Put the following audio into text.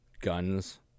guns